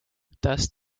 thus